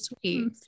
sweet